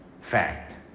fact